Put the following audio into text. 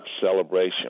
celebration